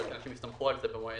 יכול להיות שאנשים הסתמכו על הפרסום.